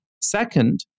Second